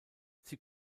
sie